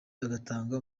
agatanga